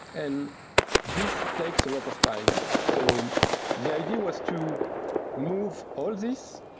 and this takes a lot of time. so the idea was to move all these